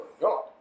god